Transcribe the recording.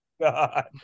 god